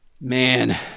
Man